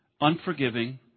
unforgiving